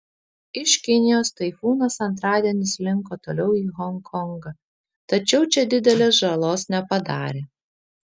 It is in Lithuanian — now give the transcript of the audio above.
iš kinijos taifūnas antradienį slinko toliau į honkongą tačiau čia didelės žalos nepadarė